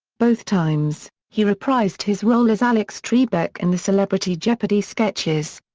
both times, he reprised his role as alex trebek in the celebrity jeopardy sketches.